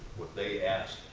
what they ask.